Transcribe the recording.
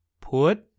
put